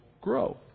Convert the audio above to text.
grow